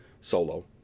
solo